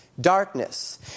darkness